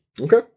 Okay